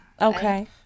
Okay